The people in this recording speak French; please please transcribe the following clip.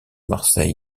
marseille